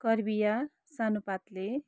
कर्बिया सानो पात्ले